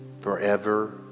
forever